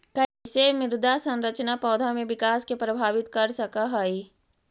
कईसे मृदा संरचना पौधा में विकास के प्रभावित कर सक हई?